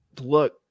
Look